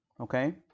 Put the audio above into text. Okay